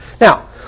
Now